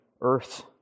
earth